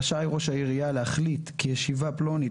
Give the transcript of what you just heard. רשאי ראש העירייה להחליט כי ישיבה פלונית